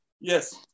yes